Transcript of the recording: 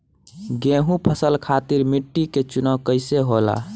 गेंहू फसल खातिर मिट्टी के चुनाव कईसे होला?